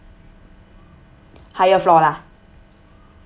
higher floor lah